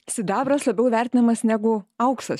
sidabras labiau vertinamas negu auksas